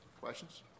Questions